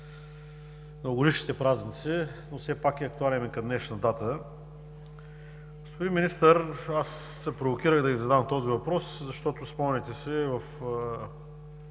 наред, господин Министър.